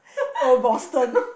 oh Boston